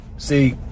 see